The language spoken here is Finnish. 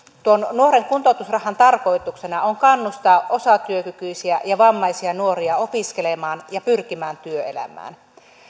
nuoren kuntoutusrahan tarkoituksena on kannustaa osatyökykyisiä ja vammaisia nuoria opiskelemaan ja pyrkimään työelämään